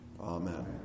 Amen